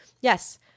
yes